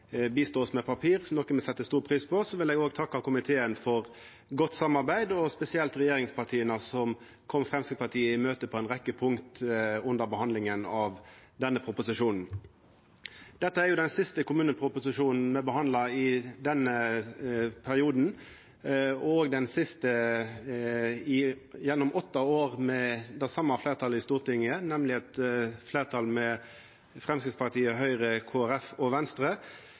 oss med papir, noko me set stor pris på. Eg vil òg takka komiteen for godt samarbeid, spesielt regjeringspartia, som kom Framstegspartiet i møte på ei rekkje punkt under behandlinga av denne proposisjonen. Dette er den siste kommuneproposisjonen me behandlar i denne perioden, òg den siste gjennom åtte år med det same fleirtalet i Stortinget, nemleg eit fleirtal med Framstegspartiet, Høgre, Kristeleg Folkeparti og Venstre.